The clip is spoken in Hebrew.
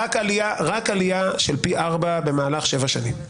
רק עלייה של פי 4 במהלך שבע שנים.